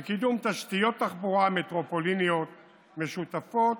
קידום תשתיות תחבורה מטרופוליניות משותפות,